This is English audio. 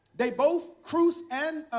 they both cruz and